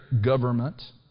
government